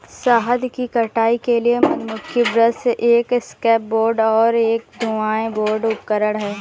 शहद की कटाई के लिए मधुमक्खी ब्रश एक एस्केप बोर्ड और एक धुएं का बोर्ड उपकरण हैं